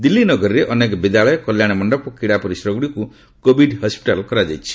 ଦିଲ୍ଲୀ ନଗରୀରେ ଅନେକ ବିଦ୍ୟାଳୟ କଲ୍ୟାଣ ମଣ୍ଡପ ଓ କ୍ରୀଡ଼ା ପରିସର ଗୁଡ଼ିକୁ କୋଭିଡ୍ ହସ୍କିଟାଲ୍ କରାଯାଇଛି